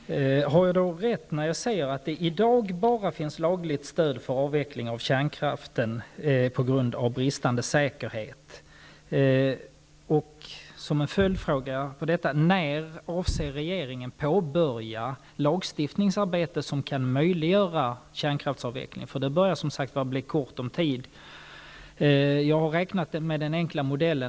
Fru talman! Har jag rätt när jag säger att det i dag bara finns lagligt stöd för avveckling av kärnkraften på grund av bristande säkerhet? När avser regeringen påbörja det lagstiftningsarbete som kan möjliggöra en kärnkraftsavveckling? Det börjar bli kort om tid. Jag har räknat på följande enkla modell.